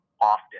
often